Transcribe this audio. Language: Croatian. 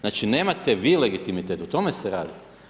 Znači, nemate vi legitimitet, o tome se radi.